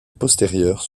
postérieures